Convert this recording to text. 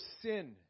sin